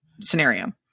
scenario